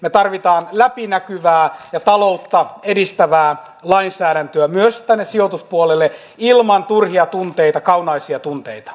me tarvitsemme läpinäkyvää ja taloutta edistävää lainsäädäntöä myös tänne sijoituspuolelle ilman turhia tunteita kaunaisia tunteita